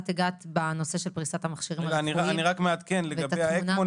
את הגעת בנושא של פריסת המכשירים אני רק מעדכן לגבי הפעלת האקמו,